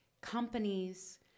companies